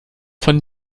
von